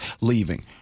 leaving